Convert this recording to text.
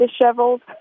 disheveled